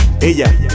Ella